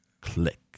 Click